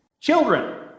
Children